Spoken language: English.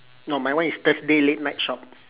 no my one is thursday late night shop